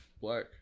black